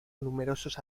numerosos